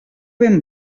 ben